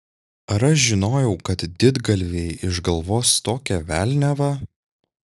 ar aš žinojau kad didgalviai išgalvos tokią velniavą